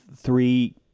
three